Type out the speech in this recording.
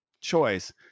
choice